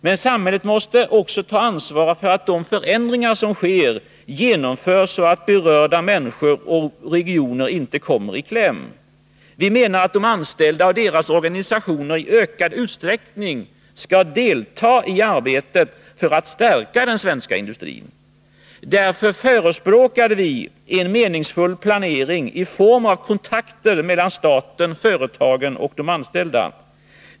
Men samhället måste också ta ansvar för att de förändringar som sker genomförs så att berörda människor och regioner inte kommer i kläm. Vi menar att de anställda och deras organisationer i ökad utsträckning skall delta i arbetet för att stärka den svenska industrin. Därför förespråkar vi en meningsfull planering i form av kontakter mellan staten, företagen och de anställda.